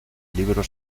libro